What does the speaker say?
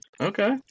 Okay